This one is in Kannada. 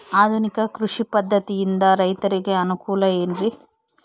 ಆಧುನಿಕ ಕೃಷಿ ಪದ್ಧತಿಯಿಂದ ರೈತರಿಗೆ ಅನುಕೂಲ ಏನ್ರಿ?